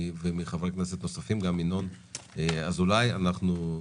מינון אזולאי ומחברי כנסת נוספים.